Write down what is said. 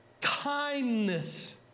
kindness